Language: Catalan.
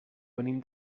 venim